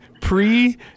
pre